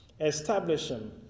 Establishing